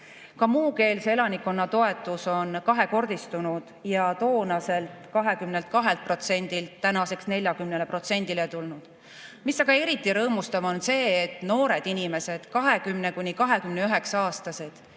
Ka muukeelse elanikkonna toetus on kahekordistunud ja toonaselt 22%-lt tänaseks 40%-ni jõudnud. Aga eriti rõõmustav on see, et noored inimesed, 20–29-aastased,